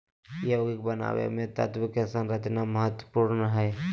यौगिक बनावे मे तत्व के संरचना महत्वपूर्ण हय